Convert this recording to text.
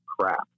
crap